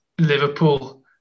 Liverpool